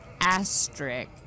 asterisk